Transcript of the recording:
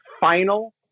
final